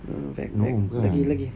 no back back lagi lagi